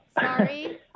Sorry